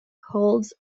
holds